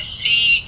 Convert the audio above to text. see